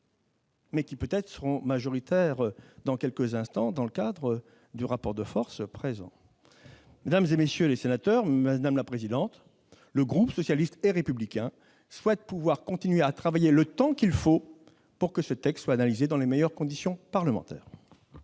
mais qui, peut-être, seront majoritaires dans quelques instants, dans le cadre du rapport de force présent. Madame la présidente, mes chers collègues, le groupe socialiste et républicain souhaite continuer à travailler le temps qu'il faut pour que ce texte soit analysé dans les meilleures conditions parlementaires.